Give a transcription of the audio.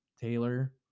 Taylor